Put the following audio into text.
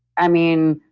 i mean,